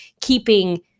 keeping